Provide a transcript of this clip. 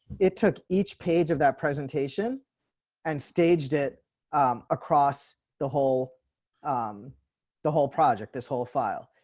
it took each page of that presentation and staged it across the whole um the whole project this whole file.